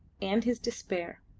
and his despair.